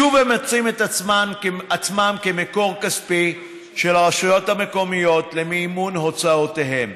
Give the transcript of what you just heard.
שוב הם מוצאים עצמם כמקור כספי של הרשויות המקומיות למימון הוצאותיהן,